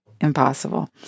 impossible